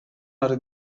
ары